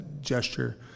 gesture